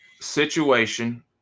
situation